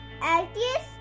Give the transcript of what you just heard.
LTS